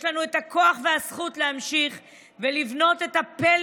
יש לנו את הכוח ואת הזכות להמשיך ולבנות את הפלא